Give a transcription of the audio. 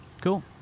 Cool